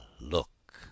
look